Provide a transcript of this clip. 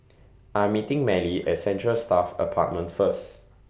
I'm meeting Marely At Central Staff Apartment First